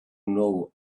know